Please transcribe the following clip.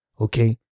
okay